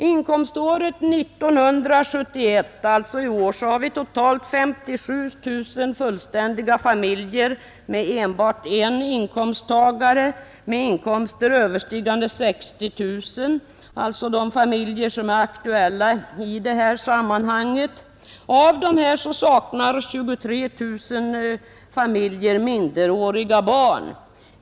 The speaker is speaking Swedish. Inkomståret 1971, alltså i år, har vi totalt 57 000 fullständiga familjer med enbart en inkomsttagare, med inkomster överstigande 60 000 kronor, alltså de familjer som är aktuella i detta sammanhang. Av dessa familjer saknar 23 000 minderåriga barn.